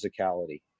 physicality